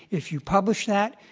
if you publish that,